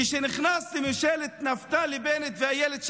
כשנכנסתם לממשלת נפתלי בנט ואילת שקד,